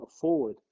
forward